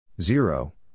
Zero